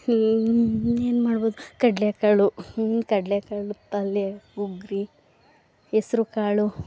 ಇನ್ನೇನು ಮಾಡಬಹುದು ಕಡಲೇಕಾಳು ಕಡಲೇಕಾಳು ಪಲ್ಯ ಉಗ್ರಿ ಹೆಸರುಕಾಳು